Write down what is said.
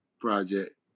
Project